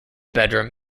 bedroom